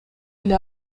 эле